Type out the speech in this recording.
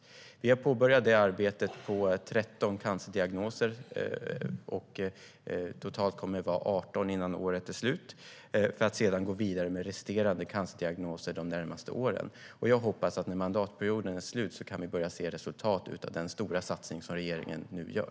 Vi har påbörjat detta arbete för 13 cancerdiagnoser. Totalt kommer de att vara 18 innan året är slut. Vi kommer sedan att gå vidare med resterande cancerdiagnoser de närmaste åren. Jag hoppas att vi när mandatperioden är slut kan börja se resultat av den stora satsning som regeringen nu gör.